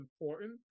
important